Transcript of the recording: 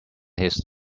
his